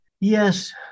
Yes